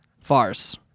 Farce